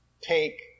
take